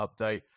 update